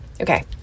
okay